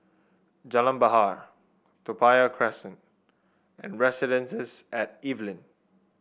Jalan Bahar Toa Payoh Crest and Residences at Evelyn